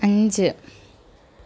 അഞ്ച്